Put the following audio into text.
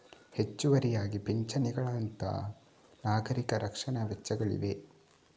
ಹೆಚ್ಚುವರಿಯಾಗಿ ಪಿಂಚಣಿಗಳಂತಹ ನಾಗರಿಕ ರಕ್ಷಣಾ ವೆಚ್ಚಗಳಿವೆ